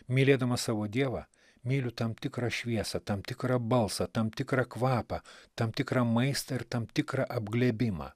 mylėdamas savo dievą myliu tam tikrą šviesą tam tikrą balsą tam tikrą kvapą tam tikrą maistą ir tam tikrą apglėbimą